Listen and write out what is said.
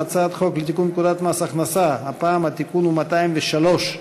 הצעת חוק לתיקון פקודת מס הכנסה (מס' 202):